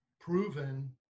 proven